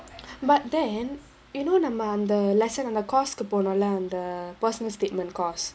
but then you know நம்ம அந்த:namma andha lesson அந்த:andha course போனோல அந்த:ponola andha personal statement course